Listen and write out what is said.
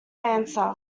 answer